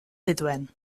zituen